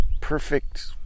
perfect